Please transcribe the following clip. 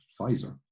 Pfizer